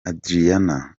adriana